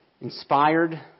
inspired